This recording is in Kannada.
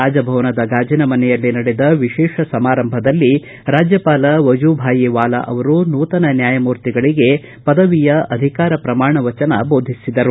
ರಾಜಭವನದ ಗಾಜಿಮನೆಯಲ್ಲಿ ನಡೆದ ವಿಶೇಷ ಸಮಾರಂಭದಲ್ಲಿ ರಾಜ್ಯಪಾಲ ವಜೂಭಾಯಿ ವಾಲಾ ಅವರು ನೂತನ ನ್ಯಾಯಮೂರ್ತಿಗಳಿಗೆ ಪದವಿಯ ಅಧಿಕಾರ ಪ್ರಮಾಣ ವಚನ ಬೋಧಿಸಿದರು